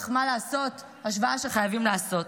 אך מה לעשות, השוואה שחייבים לעשות.